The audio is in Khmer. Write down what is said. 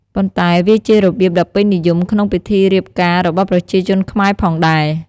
ប៉ុន្តែវាជារបៀបដ៏ពេញនិយមក្នុងពិធីរៀបការរបស់ប្រជាជនខ្មែរផងដែរ។